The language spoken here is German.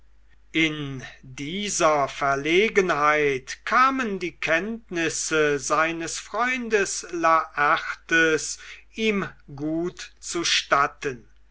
in dieser verlegenheit kamen die kenntnisse seines freundes laertes ihm gut zustatten